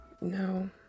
No